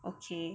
okay